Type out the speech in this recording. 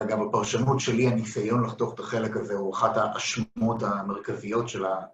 אגב, הפרשנות שלי, הניסיון לחתוך את החלק הזה, הוא אחת האשמות המרכזיות של ה...